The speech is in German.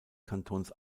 kantons